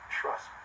Trust